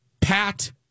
Pat